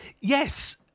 Yes